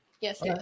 yes